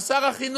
או שר החינוך